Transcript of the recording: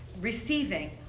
receiving